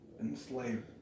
enslaved